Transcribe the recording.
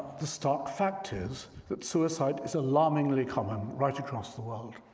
the stark fact is that suicide is alarmingly common right across the world.